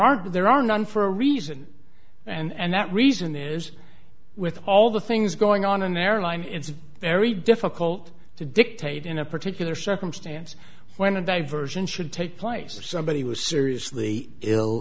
are there are none for a reason and that reason is with all the things going on in airline is very difficult to dictate in a particular circumstance when a diversion should take place or somebody was seriously ill